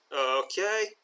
okay